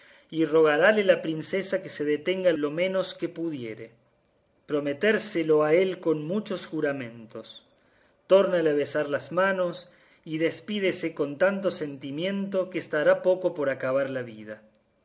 y rogarále la princesa que se detenga lo menos que pudiere prometérselo ha él con muchos juramentos tórnale a besar las manos y despídese con tanto sentimiento que estará poco por acabar la vida